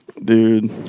Dude